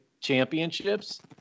championships